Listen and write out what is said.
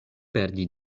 perdi